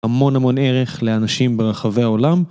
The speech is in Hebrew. המון המון ערך לאנשים ברחבי העולם.